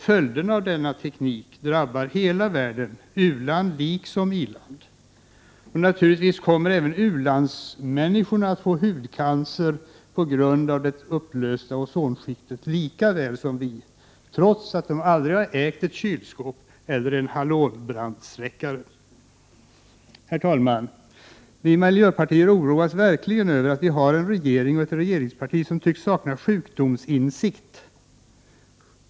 Följderna av denna teknik drabbar hela världen, u-land liksom i-land. Naturligtvis kommer även människor i u-länderna att få hudcancer på grund av det upplösta ozonskiktet, lika väl som vi, trots att de aldrig har ägt ett kylskåp eller en halonbrandsläckare. Herr talman! Vi i miljöpartiet oroas verkligen över att vi har en regering och ett regeringsparti som tycks sakna sjukdomsinsikt.